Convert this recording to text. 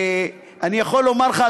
ואני יכול לומר לך,